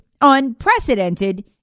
Unprecedented